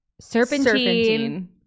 Serpentine